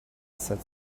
said